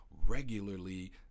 regularly